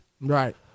Right